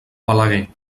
balaguer